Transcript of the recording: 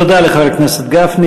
תודה לחבר הכנסת גפני.